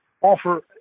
offer